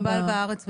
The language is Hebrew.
מקובל בארץ ובעולם,